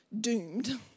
doomed